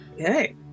okay